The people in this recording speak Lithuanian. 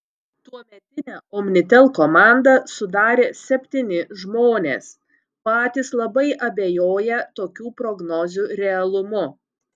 tuometinę omnitel komandą sudarė septyni žmonės patys labai abejoję tokių prognozių realumu